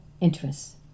interests